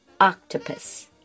octopus